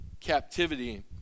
captivity